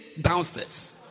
downstairs